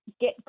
get